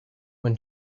when